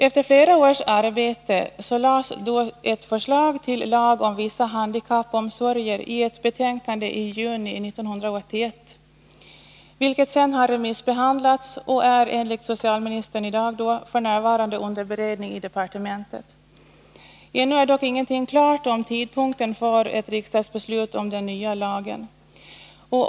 Efter flera års arbete lades ett förslag till lag om vissa handikappomsorger fram i ett betänkande i juni 1981, vilket sedan remissbehandlats och enligt socialministern f. n. är under beredning i departementet. Ännu är dock ingenting klart om tidpunkten för ett riksdagsbeslut om den nya lagen.